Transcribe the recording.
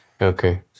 Okay